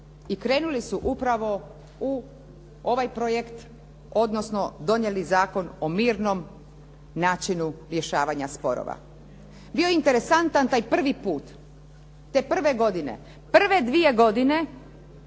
i krenuli su upravo u ovaj projekt odnosno donijeli zakon o mirnom načinu rješavanja sporova. Bio je interesantan taj prvi put, te prve godine, prve dvije godine